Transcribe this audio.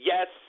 Yes